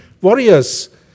warriors